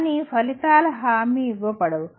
కానీ ఫలితాలు హామీ ఇవ్వబడవు